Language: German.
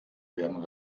werden